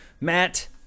Matt